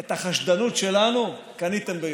את החשדנות שלנו קניתם ביושר.